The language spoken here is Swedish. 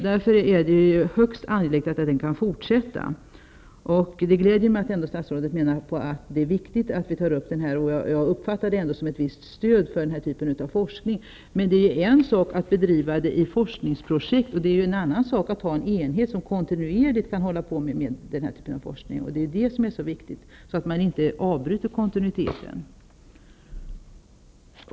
Det är därför högst angeläget att forskningen kan fortsätta. Det gläder mig att statsrådet ändå menar att det är viktigt att vi tar upp den här frågan, och jag uppfattar hans uttalande som ett visst stöd för den här typen av forskning. Men det är en sak att bedriva verksamheten i forskningsprojekt, och det är en annan sak att ha en enhet som kontinuerligt kan hålla på med den här typen av forskning. Det är det som är viktigt, så att man inte avbryter kontinuiteten.